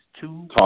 Two